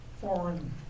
foreign